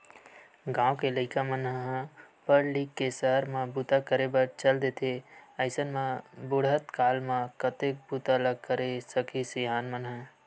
गाँव के लइका मन ह पड़ लिख के सहर म बूता करे बर चल देथे अइसन म बुड़हत काल म कतेक बूता ल करे सकही सियान मन ह